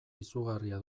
izugarria